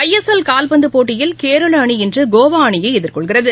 ISL கால்பந்தபோட்டியில் கேரளஅணி இன்றுகோவாஅணியைஎதிர்கொள்கிறது